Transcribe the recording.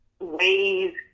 ways